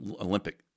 Olympic